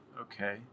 Okay